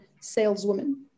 saleswoman